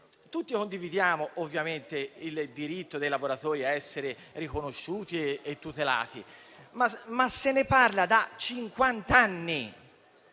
Tutti condividiamo, ovviamente, il diritto dei lavoratori a essere riconosciuti e tutelati, ma se ne parla da